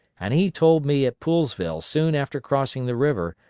and he told me at poolesville soon after crossing the river,